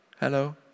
hello